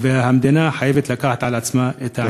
והמדינה חייבת לקחת על עצמה את, תודה.